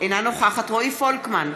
אינה נוכחת רועי פולקמן,